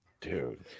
dude